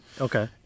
Okay